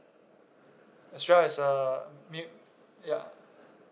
as well as uh mute ya